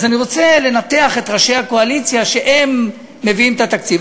אז אני רוצה לנתח את ראשי הקואליציה שמביאים את התקציב.